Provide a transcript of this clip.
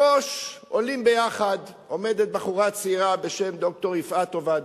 בראש "עולים ביחד" עומדת בחורה צעירה בשם ד"ר יפעת עובדיה,